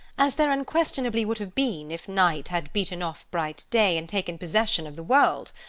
as there unquestionably would have been if night had beaten off bright day, and taken possession of the world.